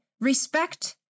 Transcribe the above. respect